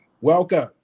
welcome